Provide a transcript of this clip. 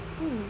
hmm